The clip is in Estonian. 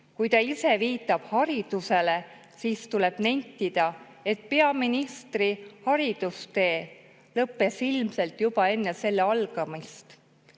Kuigi ta ise viitab haridusele, siis tuleb nentida, et peaministri haridustee lõppes ilmselt juba enne selle algamist.